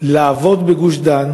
לעבוד בגוש-דן